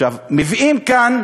עכשיו מביאים כאן